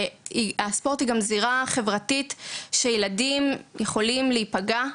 שהספורט הוא גם זירה חברתית שילדים יכולים להיפגע,